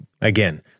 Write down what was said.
again